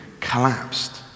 collapsed